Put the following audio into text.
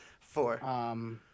Four